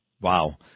Wow